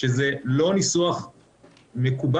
שזה לא ניסוח מקובל,